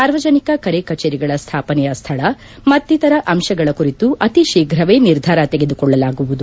ಸಾರ್ವಜನಿಕ ಕರೆ ಕಚೇರಿಗಳ ಸ್ಲಾಪನೆಯ ಸ್ಥಳ ಮತ್ತಿತರ ಅಂಶಗಳ ಕುರಿತು ಅತಿ ಶೀಘ್ರವೇ ನಿರ್ಧಾರ ತೆಗೆದುಕೊಳ್ಳಲಾಗುವುದು